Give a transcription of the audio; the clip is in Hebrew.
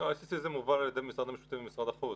ICC מובל על ידי משרד המשפטים ומשרד החוץ.